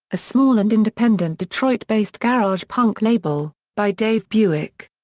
a small and independent detroit-based garage punk label, by dave buick.